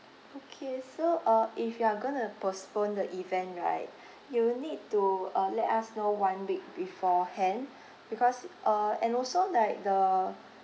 okay so uh if you are going to postpone the event right you would need to uh let us know one week beforehand because uh and also like the